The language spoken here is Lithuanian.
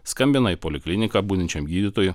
skambina į polikliniką budinčiam gydytojui